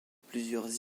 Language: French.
plusieurs